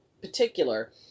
particular